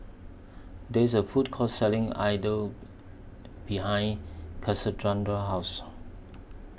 There IS A Food Court Selling idle behind House